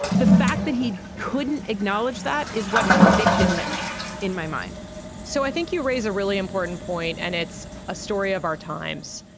the fact that he couldn't acknowledge that is what convicted him in my mind so i think you raise a really important point and it's a story of our times.